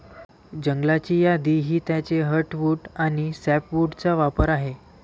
जंगलाची यादी ही त्याचे हर्टवुड आणि सॅपवुडचा प्रकार आहे